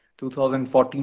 2014